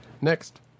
Next